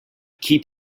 keep